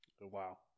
Wow